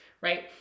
right